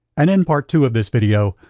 and in part two of this video,